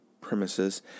premises